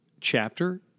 chapter